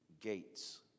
Gates